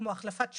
כמו החלפת שמנים,